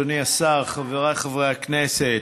אדוני השר, חבריי חברי הכנסת,